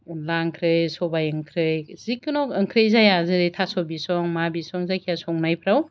अनला ओंख्रि सबाय ओंख्रि जिकुनु ओंख्रि जाया जेरै थास' बिसं मा बिसं जायखिजाया संनायफोराव